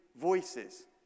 voices